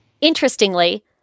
Interestingly